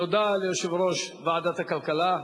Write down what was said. תודה ליושב-ראש ועדת הכלכלה.